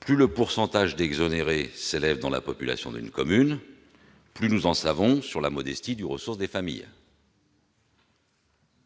plus la proportion d'exonérés s'élève dans la population d'une commune, plus nous en savons sur la modestie des ressources des familles.